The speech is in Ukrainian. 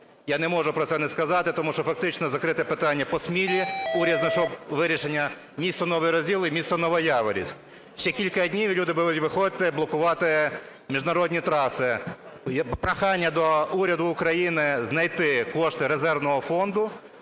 Я не можу про це не сказати, тому що фактично закрите питання по Смілі, уряд знайшов вирішення. Місто Новий Розділ і місто Новояворівськ, ще кілька днів і люди будуть виходити блокувати міжнародні траси. Прохання до уряду України знайти кошти резервного фонду